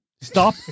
Stop